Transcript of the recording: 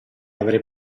avrei